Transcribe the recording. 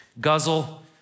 guzzle